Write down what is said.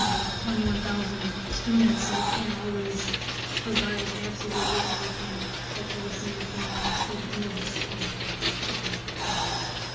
so with twenty one thousand students, we can't always provide absolutely everything that every single family and student needs all the time, if you follow that.